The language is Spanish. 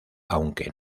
aunque